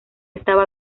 estaba